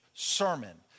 sermon